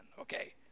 okay